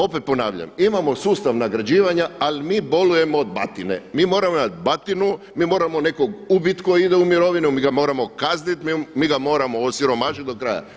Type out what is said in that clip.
Opet ponavljam, imamo sustav nagrađivanja ali mi bolujemo od batine, mi moramo imati batinu, mi moramo nekog ubiti tko ide u mirovinu, mi ga moramo kazniti, mi ga moramo osiromašiti do kraja.